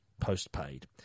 postpaid